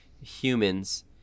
humans